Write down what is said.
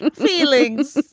feelings.